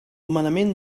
manament